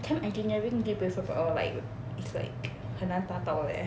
chem engineering G_P_A four point O like it's like 很难达到 leh